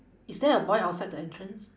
is there a boy outside the entrance